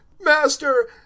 Master